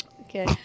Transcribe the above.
Okay